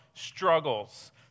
struggles